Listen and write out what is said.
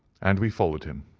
and we followed him.